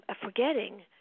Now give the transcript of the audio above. forgetting